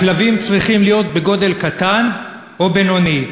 הכלבים צריכים להיות בגודל קטן או בינוני,